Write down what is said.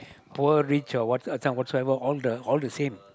poor rich or what some what so ever all the all the same